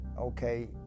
okay